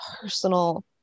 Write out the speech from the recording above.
personal